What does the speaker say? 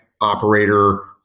operator